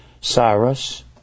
Cyrus